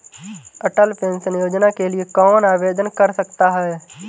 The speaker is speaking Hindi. अटल पेंशन योजना के लिए कौन आवेदन कर सकता है?